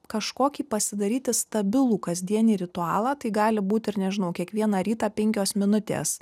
kažkokį pasidaryti stabilų kasdienį ritualą tai gali būti ir nežinau kiekvieną rytą penkios minutės